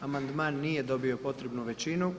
Amandman nije dobio potrebnu većinu.